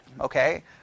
okay